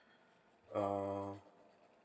uh